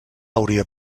hauria